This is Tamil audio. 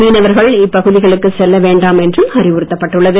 மீனவர்கள் இப்பகுதிகளுக்கு செல்ல வேண்டாம் என்றும் அறிவுறுத்தப்பட்டுள்ளது